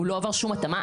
הוא לא עבר שום התאמה.